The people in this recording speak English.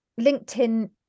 LinkedIn